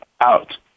out